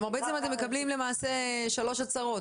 כלומר בעצם אתם מקבלים למעשה שלוש הצהרות,